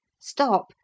Stop